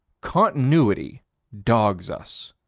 continuity dogs us.